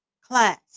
class